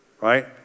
right